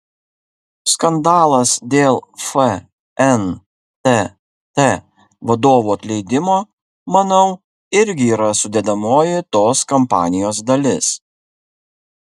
skandalas dėl fntt vadovų atleidimo manau irgi yra sudedamoji tos kampanijos dalis